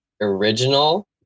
original